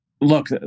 look